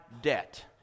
debt